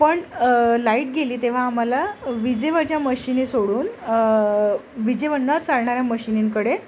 पण लाईट गेली तेव्हा आम्हाला विजेवरच्या मशीनी सोडून विजेवर न चालणाऱ्या मशीनींकडे